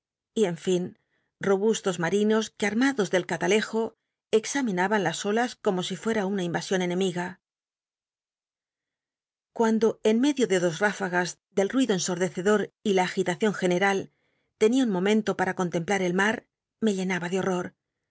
sus en fin robustos marinos que ary mayores sus examinaban las olas como si fuera una invasión enemiga invasion una fuem cunndo en medio de dos r ifagas del ruido ensordecedor y la agi tacion general tenia un momen to para contemplar el mar me llenabtt de horror